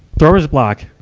thrower's block.